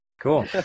Cool